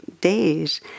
days